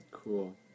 Cool